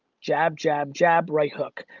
jab, jab, jab, right hook.